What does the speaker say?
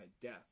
death